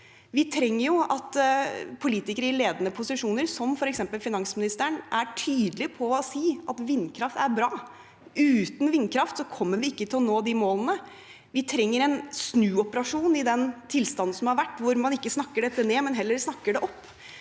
politikere i ledende posisjoner, som f.eks. finansministeren, er tydelige og sier at vindkraft er bra. Uten vindkraft kommer vi ikke til å nå de målene. Vi trenger en snuoperasjon i den tilstanden som har vært, hvor man ikke snakker dette ned, men heller snakker det opp.